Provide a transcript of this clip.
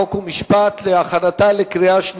חוק ומשפט נתקבלה.